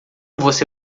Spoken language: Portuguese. você